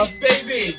baby